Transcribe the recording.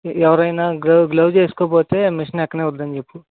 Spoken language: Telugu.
ఎవరైనా గ గ్లవ్స్ వేసుకోకపోతే మిషన్ ఎక్కనివద్దని చెప్పు